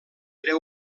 era